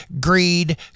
greed